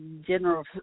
general